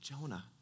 Jonah